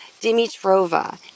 Dimitrova